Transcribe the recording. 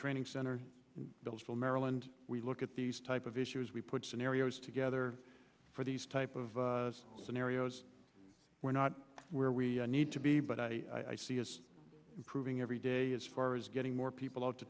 training center builds full maryland we look at these type of issues we put scenarios together for these type of scenarios we're not where we need to be but i see it's improving every day as far as getting more people o